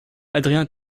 adrien